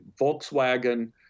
Volkswagen